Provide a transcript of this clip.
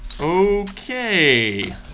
Okay